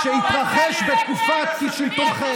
בהתנשאות שלו הוא פונה, שהתרחש בתקופת שלטונכם.